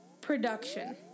production